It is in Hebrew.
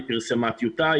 היא פרסמה טיוטה,